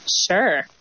sure